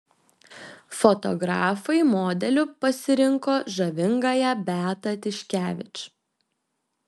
fotografai modeliu pasirinko žavingąją beatą tiškevič